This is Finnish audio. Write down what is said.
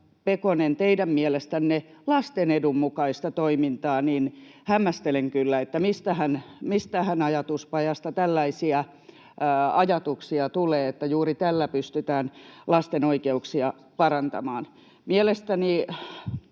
teidän mielestänne lasten edun mukaista toimintaa, niin hämmästelen kyllä, mistähän ajatuspajasta tällaisia ajatuksia tulee, että juuri tällä pystytään lasten oikeuksia parantamaan. Mielestäni